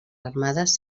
armades